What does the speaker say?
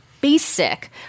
basic